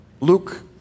Luke